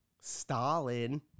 Stalin